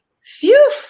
phew